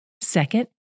Second